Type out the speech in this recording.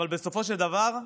אבל בסופו של דבר,